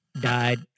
died